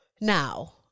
Now